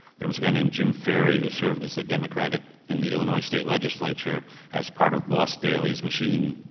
there was a guy named jim ferry, who served as the democratic in the illinois state legislature as part of boss daley's machine,